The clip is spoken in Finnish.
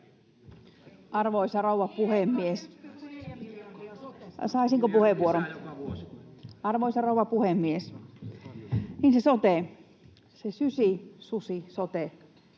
Arvoisa rouva puhemies! — Saisinko puheenvuoron? Arvoisa rouva puhemies! Niin se sote, se sysisusi sote,